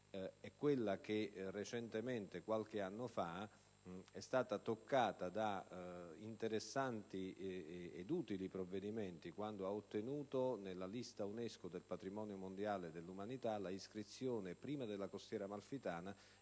è quella che recentemente, qualche anno fa, è stata toccata da interessanti ed utili provvedimenti quando ha ottenuto, nella lista UNESCO del patrimonio mondiale dell'umanità, prima l'iscrizione della costiera amalfitana